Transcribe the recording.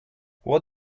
what